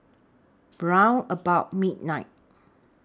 about midnight